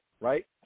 right